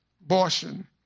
abortion